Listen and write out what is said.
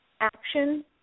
action